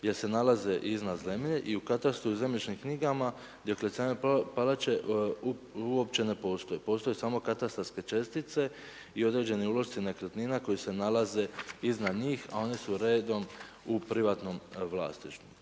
jer se nalaze iznad zemlje i u katastru i zemljišnim knjigama Dioklecijanove palače uopće ne postoji, postoje samo katastarske čestice i određeni ulošci nekretnina koje se nalaze iznad njih, a one su redom u privatnom vlasništvu.